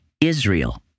Israel